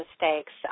mistakes